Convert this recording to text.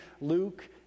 Luke